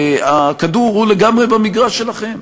הכדור הוא לגמרי במגרש שלכם.